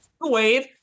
wave